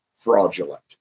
fraudulent